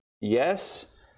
Yes